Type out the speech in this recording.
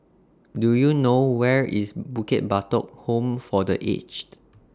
Do YOU know Where IS Bukit Batok Home For The Aged